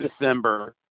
december